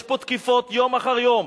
יש פה תקיפות יום אחר יום.